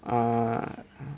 uh